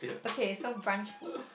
okay so brunch food